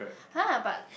[huh] but